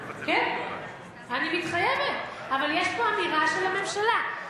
כן, אני מתחייבת, אבל יש פה אמירה של הממשלה.